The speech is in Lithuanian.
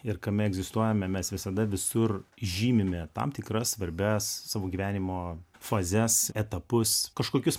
ir kame egzistuojame mes visada visur žymime tam tikras svarbias savo gyvenimo fazes etapus kažkokius